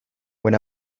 when